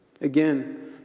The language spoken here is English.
Again